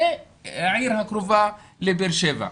לעיר הקרובה, לבאר שבע.